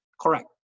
Correct